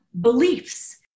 beliefs